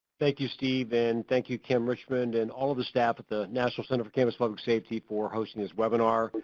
thank you steve, and thank you kim richmond and all of the staff at the national center for campus public safety for hosting this webinar.